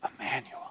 Emmanuel